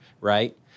right